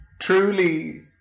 truly